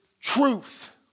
truth